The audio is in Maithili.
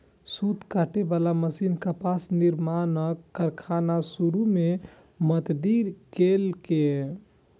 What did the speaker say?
सूत काटे बला मशीन कपास निर्माणक कारखाना शुरू मे मदति केलकै